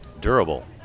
Durable